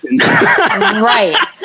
Right